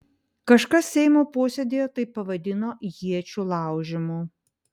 kažkas seimo posėdyje tai pavadino iečių laužymu